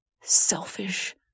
selfish